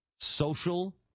social